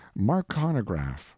marconograph